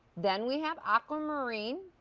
then we have aquamarine.